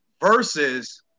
versus